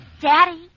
Daddy